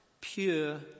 pure